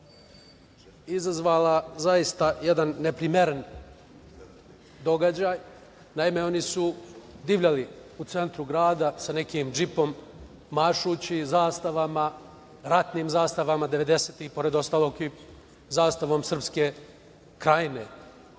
izazvala zaista jedan neprimeren događaj. Naime, oni su divljali u centru grada sa nekim džipom, mašući zastavama, ratnim zastavama devedesetih, pored ostalog, i zastavom Srpske krajine.